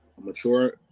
mature